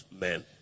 men